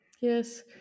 yes